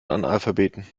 analphabeten